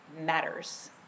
matters